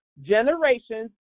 generations